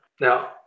Now